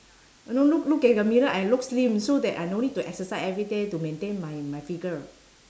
no look look at the mirror I look slim so that I no need to exercise everyday to maintain my my figure